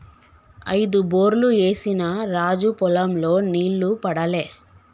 ఐదు బోర్లు ఏసిన రాజు పొలం లో నీళ్లు పడలే